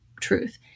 truth